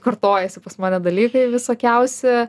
kartojasi pas mane dalykai visokiausi